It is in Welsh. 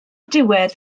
diwedd